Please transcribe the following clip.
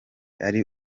ari